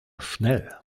schnell